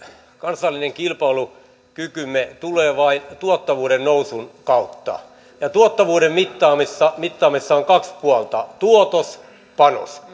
kansallinen kilpailukykymme tulee vain tuottavuuden nousun kautta ja tuottavuuden mittaamisessa mittaamisessa on kaksi puolta tuotos ja